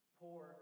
poor